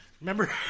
Remember